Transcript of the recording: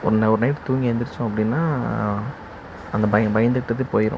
ஒருநா ஒரு நைட் தூங்கி எழுந்திருச்சோம் அப்படின்னா அந்தப் பயம் பயந்துக்கிட்டது போயிடும்